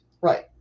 Right